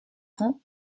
rangs